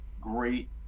great